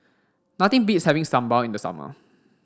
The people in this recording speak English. nothing beats having Sambal in the summer